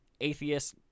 atheist